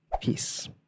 Peace